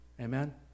Amen